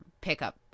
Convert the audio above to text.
pickup